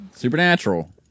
Supernatural